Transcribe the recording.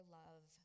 love